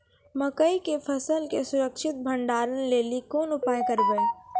मकई के फसल के सुरक्षित भंडारण लेली कोंन उपाय करबै?